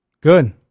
Good